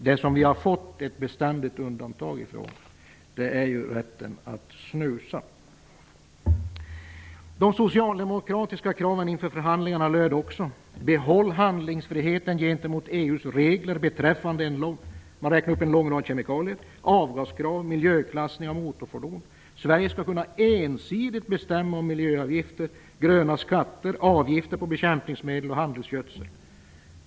Det som vi har fått ett fullständigt undantag för är ju rätten att snusa. De socialdemokratiska kraven inför förhandlingarna löd: Behåll handlingsfriheten gentemot EU:s regler beträffande en lång rad uppräknade kemikalier, avgaskrav och miljöklassning av motorfordon! Sverige skall ensidigt kunna bestämma om miljöavgifter, gröna skatter och avgifter på bekämpningsmedel och handelsgödsel.